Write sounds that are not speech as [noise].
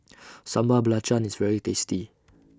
[noise] Sambal Belacan IS very tasty [noise]